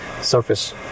surface